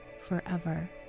forever